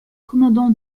commandant